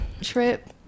trip